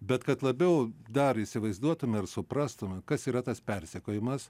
bet kad labiau dar įsivaizduotume ir suprastume kas yra tas persekiojimas